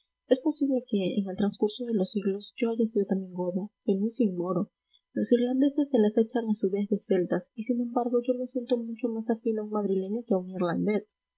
es posible que en el transcurso de los siglos yo haya sido también godo fenicio y moro los irlandeses se las echan a su vez de celtas y sin embargo yo me siento mucho más afín a un madrileño que a un